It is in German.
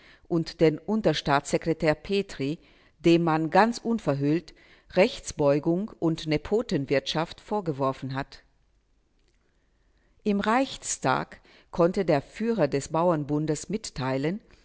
und den unterstaatssekretär petri dem man ganz unverhüllt rechtsbeugung und nepotenwirtschaft vorgeworfen hat im reichstag konnte der führer des bauernbundes mitteilen